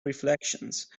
reflections